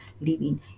living